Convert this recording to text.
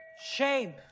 shame